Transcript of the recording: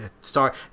sorry